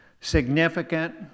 significant